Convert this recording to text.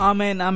Amen